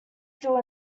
still